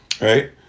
Right